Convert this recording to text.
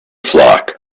flock